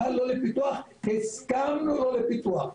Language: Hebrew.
אבל לא לפיתוח כסתם לא לפיתוח.